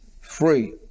free